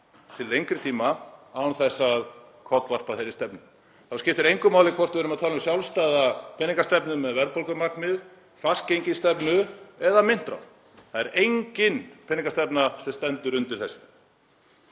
til lengri tíma án þess að kollvarpa þeirri stefnu. Þá skiptir engu máli hvort við erum að tala um sjálfstæða peningastefnu með verðbólgumarkmið, fastgengisstefnu eða myntráð. Það er engin peningastefna sem stendur undir þessu.